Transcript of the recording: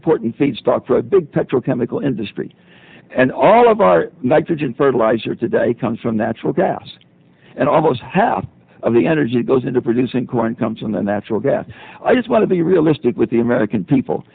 important feedstock for a big petrochemical industry and all of our nitrogen fertilizer today comes from natural gas and almost half of the energy goes into producing corn comes in the natural gas i just want to be realistic with the american people